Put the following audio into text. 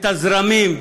את הזרמים,